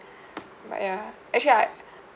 but ya actually I